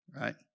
right